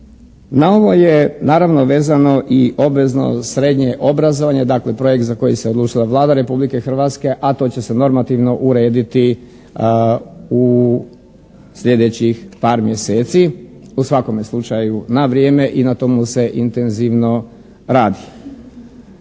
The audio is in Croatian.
Na ovo je naravno vezano i obvezno srednje obrazovanje. Dakle, projekt za koji se odlučila Vlada Republike Hrvatske a to će se normativno urediti u slijedećih par mjeseci u svakome slučaju na vrijeme i na tomu se intenzivno radi.